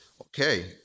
Okay